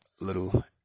little